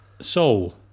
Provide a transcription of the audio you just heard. Soul